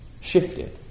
shifted